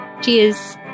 Cheers